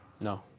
no